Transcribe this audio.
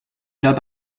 habe